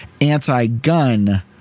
anti-gun